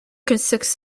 consists